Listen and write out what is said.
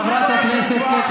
לך תסתכל לה בעיניים.